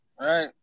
right